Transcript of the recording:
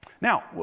now